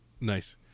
nice